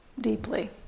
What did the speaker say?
deeply